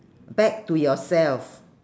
back to yourself